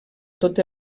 tot